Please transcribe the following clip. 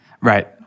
Right